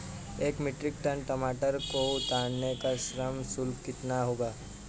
एक metric tonne टमाटर को उतारने का श्रम शुल्क कितना होगा?